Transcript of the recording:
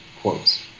quotes